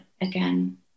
again